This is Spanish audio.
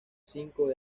cinco